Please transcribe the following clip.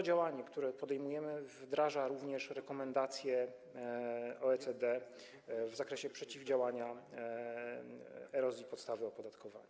Działanie, które podejmujemy, wdraża również rekomendację OECD w zakresie przeciwdziałania erozji podstawy opodatkowania.